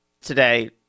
today